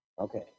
Okay